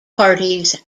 parties